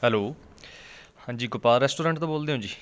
hello ਹਾਂਜੀ Gopal restaurant ਤੋਂ ਬੋਲਦੇ ਹੋ ਜੀ